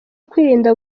kwirinda